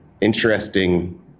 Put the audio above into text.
interesting